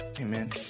Amen